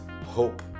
hope